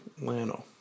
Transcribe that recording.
Lano